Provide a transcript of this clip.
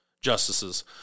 justices